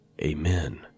Amen